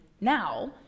now